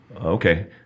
okay